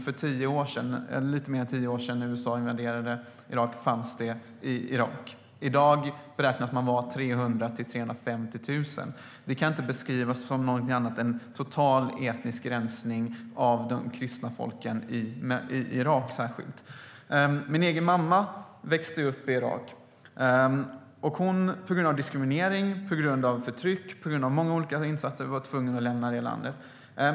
För lite mer än tio år sedan, när USA invaderade Irak, fanns det 1 1⁄2 miljon assyrier i Irak. I dag beräknas de vara 300 000-350 000. Det kan inte beskrivas som någonting annat än en total etnisk rensning av de kristna folken. Det gäller särskilt i Irak. Min mamma växte upp i Irak. På grund av diskriminering, förtryck och många andra orsaker var hon tvungen att lämna landet.